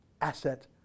Asset